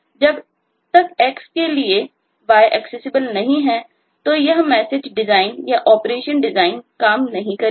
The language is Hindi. जब तक X के लिए Y एक्सेसिबल नहीं है तो यह मैसेज डिजाइन या ऑपरेशन डिजाइन काम नहीं करेगी